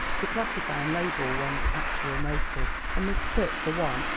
to classify and label one's actual motives, and miss tripp, for one,